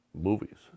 movies